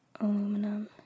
aluminum